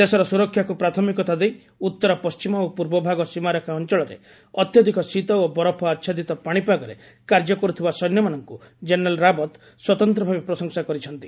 ଦେଶର ସୁରକ୍ଷାକୁ ପ୍ରାଥମିକତା ଦେଇ ଉତ୍ତର ପଣ୍ଢିମ ଓ ପୂର୍ବ ଭାଗ ସୀମାରେଖା ଅଞ୍ଚଳରେ ଅତ୍ୟଧିକ ଶୀତ ଓ ବରଫ ଆଚ୍ଛାଦିତ ପବନ ଭଳି ପାଣିପାଗରେ କାର୍ଯ୍ୟ କରୁଥିବା ସୈନିକମାନଙ୍କୁ ଜେନେରାଲ ରାଓ୍ୱତ ସ୍ୱତନ୍ତ୍ର ଭାବେ ପ୍ରଶଂସା କରିଛନ୍ତି